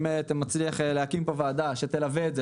אם אתה מצליח להקים פה ועדה שתלווה את זה